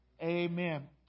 amen